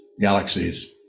galaxies